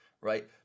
right